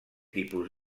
tipus